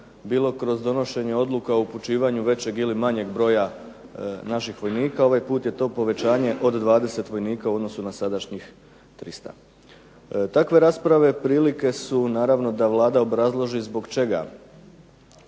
bilo kroz donošenje Odluka o upućivanju većeg ili manjeg broja našeg vojnika, ovaj put je to povećanja od 20 vojnika u odnosu na sadašnjih 300. Takve rasprave prilike su naravno da Vlada obrazloži zbog čega